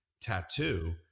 tattoo